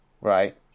right